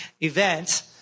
event